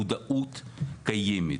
מודעות קיימת,